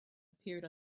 appeared